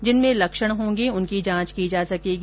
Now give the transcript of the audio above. जिनमें लक्षण होंगे उनकी जांच की जा सकेगी